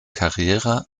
karriere